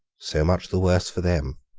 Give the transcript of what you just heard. so much the worse for them.